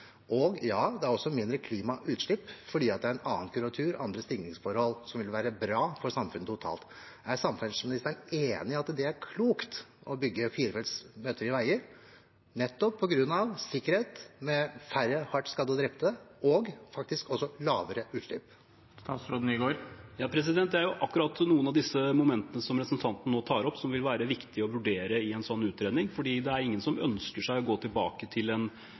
Og ja, det betyr også mindre klimautslipp, fordi det er en annen kurvatur og andre stigningsforhold, som vil være bra for samfunnet totalt sett. Er samferdselsministeren enig i at det er klokt å bygge firefeltsveier og møtefrie veier, nettopp på grunn av sikkerhet, med færre hardt skadde og drepte, og faktisk også lavere utslipp? Akkurat noen av disse momentene som representanten nå tar opp, vil være viktige å vurdere i en slik utredning, for det er ingen som ønsker å gå tilbake til